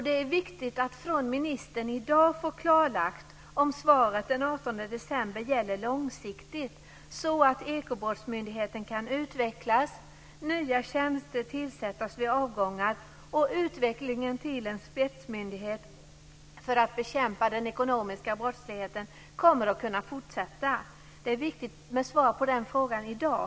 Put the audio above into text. Det är viktigt att från ministern i dag få klarlagt om svaret den 18 december gäller långsiktigt så att Ekobrottsmyndigheten kan utvecklas, nya tjänster tillsättas vid avgångar och utvecklingen till en spetsmyndighet för att bekämpa den ekonomiska brottsligheten kommer att kunna fortsätta. Det är viktigt med svar på den frågan i dag.